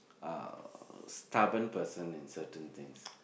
uh stubborn person in certain things